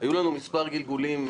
היו לנו כמה גלגולים,